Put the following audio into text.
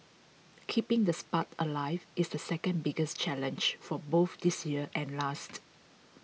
keeping the spark alive is the second biggest challenge for both this year and last